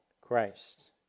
Christ